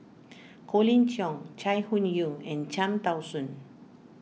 Colin Cheong Chai Hon Yoong and Cham Tao Soon